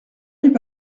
n’est